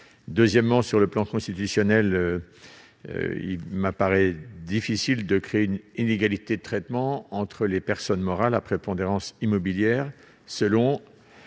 Deuxièmement, sur le plan constitutionnel, il m'apparaît difficile de créer une inégalité de traitement entre les personnes morales à prépondérance immobilière, selon